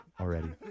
already